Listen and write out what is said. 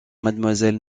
mademoiselle